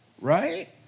right